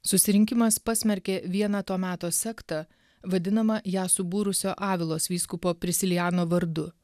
susirinkimas pasmerkė vieną to meto sektą vadinamą ją subūrusio avilos vyskupo prisilijano vardu